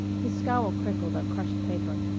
his scowl crinkled like crushed paper.